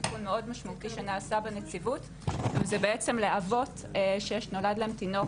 תיקון מאוד משמעותי שנעשה בנציבות זה בעצם לאבות שנולד להם תינוק,